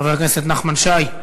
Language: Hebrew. חבר הכנסת נחמן שי,